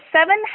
Seven